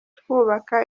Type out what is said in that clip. twubaka